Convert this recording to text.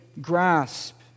grasp